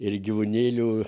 ir gyvūnėlių